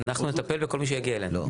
אנחנו נטפל בכל מי שיגיע אלינו.